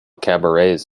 cabarets